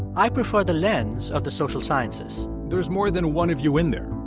i prefer the lens of the social sciences there's more than one of you in there